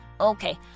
Okay